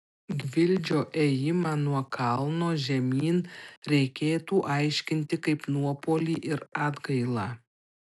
gvildžio ėjimą nuo kalno žemyn reikėtų aiškinti kaip nuopuolį ir atgailą